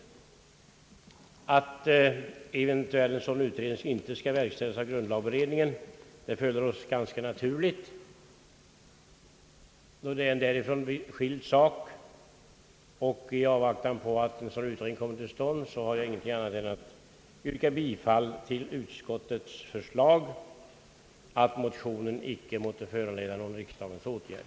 Att översynen inte heller skall verkställas av grundlagberedningen förefaller oss ganska naturligt, då det gäller en därifrån skild sak. I avvaktan på att den beslutade översynen kommer till stånd har jag inget annat yrkande än om bifall till utskottets förslag, att motionen icke måtte föranleda någon riksdagens åtgärd.